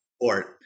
support